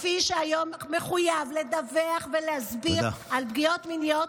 כפי שהיום מחויב לדווח ולהסביר על פגיעות מיניות,